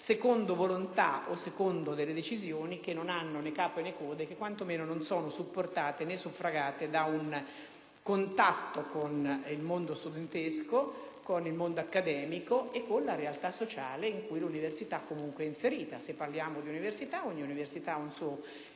secondo volontà o decisioni che non hanno né capo né coda e quantomeno non sono supportate né suffragate da un contatto con il mondo studentesco, il mondo accademico e la realtà sociale in cui l'università comunque è inserita. Se parliamo di università, ogni università ha un suo retroterra,